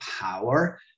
power